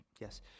yes